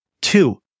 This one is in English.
Two